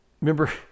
remember